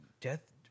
death